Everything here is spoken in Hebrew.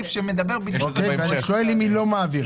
מה אם היא לא מעבירה?